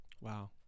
wow